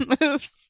moves